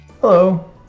Hello